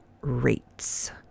rates